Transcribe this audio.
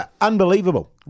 unbelievable